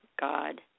God